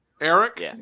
Eric